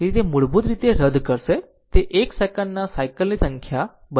તેથી તે મૂળભૂત રીતે તે રદ કરશે તે એક સેકંડના સાયકલ ની સંખ્યા બનશે